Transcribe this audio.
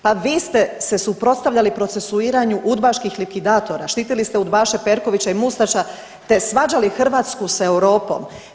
Pa vi ste se suprotstavljali procesuiranju udbaških likvidatora, štitili ste udbaše Perkovića i Mustaća te svađali Hrvatsku s Europom.